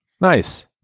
Nice